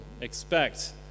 expect